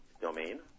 domain